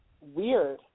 weird